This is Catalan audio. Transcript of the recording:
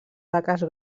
taques